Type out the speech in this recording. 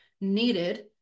needed